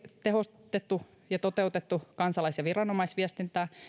tehostettu ja toteutettu kansalais ja viranomaisviestintää